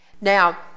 Now